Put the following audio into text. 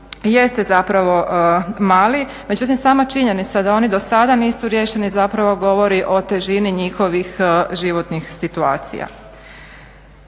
jeste zapravo mali, međutim sama činjenica da oni do sada nisu riješeni zapravo govori o teži njihovih životnih situacija.